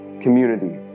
community